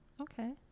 Okay